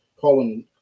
colin